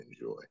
enjoy